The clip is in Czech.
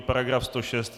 Paragraf 106